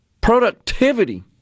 productivity